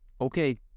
Okay